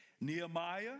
Nehemiah